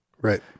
Right